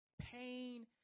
pain